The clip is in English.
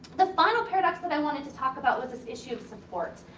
the final paradox that i wanted to talk about was this issue of support.